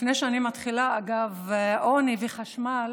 לפני שאני מתחילה, אגב עוני וחשמל,